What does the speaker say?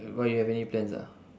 why you have any plans ah